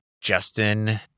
Justin